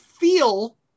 feel